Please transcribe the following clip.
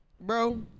bro